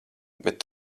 bet